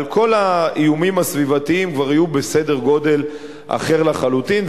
כל האיומים הסביבתיים כבר יהיו בסדר גודל אחר לחלוטין.